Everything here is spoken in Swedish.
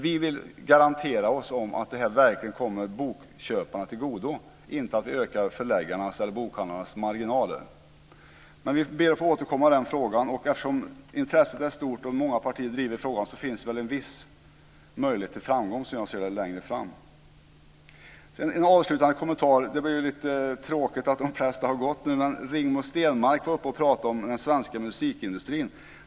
Vi vill nämligen ha garantier för att detta verkligen kommer bokköparna till godo och att det inte ökar förläggarnas eller bokhandlarnas marginaler. Men vi ber att få återkomma i denna fråga. Eftersom intresset är stort och många partier driver frågan så finns det väl en viss möjlighet till framgång, som jag ser det, längre fram. Jag har en avslutande kommentar. Det är lite tråkigt att de flesta nu har gått. Men Rigmor Stenmark talade om den svenska musikindustrin.